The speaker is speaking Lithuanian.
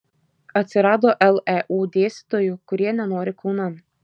atsirado leu dėstytojų kurie nenori kaunan